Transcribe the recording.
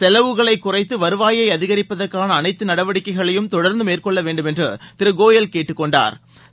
செலவுகளை குறைத்து வருவாயை அதிகிப்பதற்கான அனைத்து நடவடிக்கைகளையும் தொடர்ந்து மேற்கொள்ள வேண்டுமென்று திரு கோயல் கேட்டுக்கொண்டாா்